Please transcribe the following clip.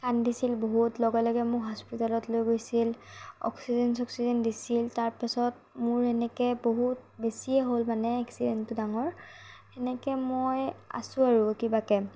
কান্দিছিল বহুত লগে লগে মোক হস্পিতালত লৈ গৈছিল অক্সিজেন চক্সিজেন দিছিল তাৰ পাছত মোৰ এনেকৈ বহুত বেছিয়ে হ'ল মানে এক্সিডেণ্টটো ডাঙৰ সেনেকৈ মই আছোঁ আৰু কিবাকৈ